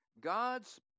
God's